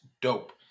dope